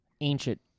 Ancient